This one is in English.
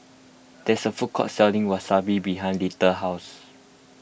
there is a food court selling Wasabi behind Little house